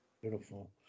Beautiful